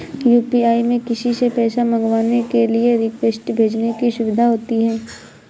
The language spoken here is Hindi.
यू.पी.आई में किसी से पैसा मंगवाने के लिए रिक्वेस्ट भेजने की सुविधा होती है